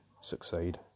succeed